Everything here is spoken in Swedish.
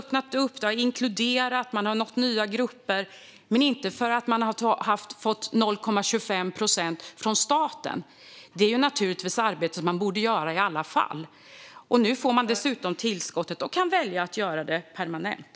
Man har öppnat för nya grupper, som man har nått ut till, men det beror inte på att man har fått 0,25 procent av staten. Det är naturligtvis ett arbete som man borde göra i alla fall. Nu får man dessutom tillskottet och kan välja att göra detta permanent.